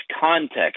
context